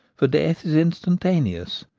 for death is instantaneous.